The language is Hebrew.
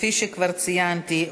כפי שכבר ציינתי,